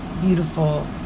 beautiful